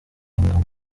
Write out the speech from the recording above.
ingoma